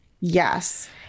Yes